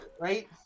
right